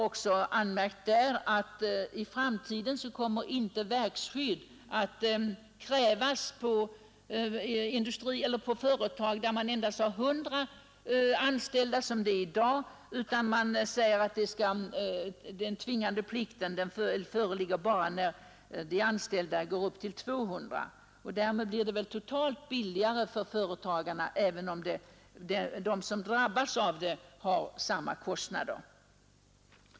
Utskottet har påpekat, att verkskydd i framtiden inte kommer att krävas för de industrier, som endast har 100 personer anställda, och att tvingande plikt endast kommer att föreligga när de anställdas antal går upp till 200. Därmed blir verkskyddet totalt sett billigare för företagarna, även om de som drabbas av utgiften alltjämt har samma kostnader.